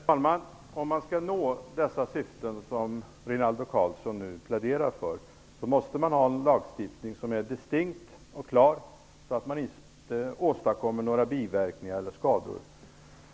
Herr talman! Om man skall nå de syften som Rinaldo Karlsson nu pläderar för måste man ha en distinkt och klar lagstiftning, så att man inte åstadkommer några biverkningar eller skador.